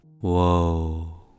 Whoa